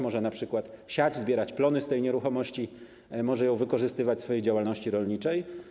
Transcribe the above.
Można np. siać, zbierać plony z tej nieruchomości, można ją wykorzystywać w swojej działalności rolniczej.